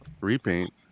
repaint